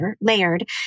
layered